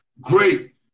great